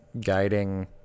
guiding